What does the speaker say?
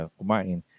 kumain